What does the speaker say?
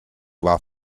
war